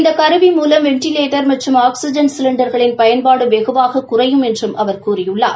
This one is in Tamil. இந்த கருவி மூலம் வெண்டிலேட்டர் மற்றும் ஆக்ஸிஜன் சிலிண்டர்களின் பயன்பாடு வெகுவாக குறையும் என்று அவர் கூறியுள்ளார்